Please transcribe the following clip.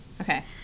Okay